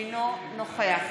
אינו נוכח